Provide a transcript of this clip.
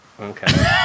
Okay